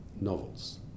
novels